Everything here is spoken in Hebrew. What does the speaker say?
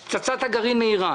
אני מרגישה שאני הפה שלהם כאן.